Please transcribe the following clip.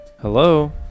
Hello